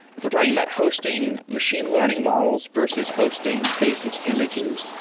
if we're talking about hosting machine learning models versus hosting basic images,